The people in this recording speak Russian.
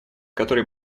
которой